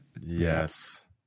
Yes